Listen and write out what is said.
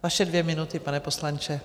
Vaše dvě minuty, pane poslanče.